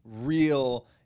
real